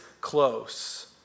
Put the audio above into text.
close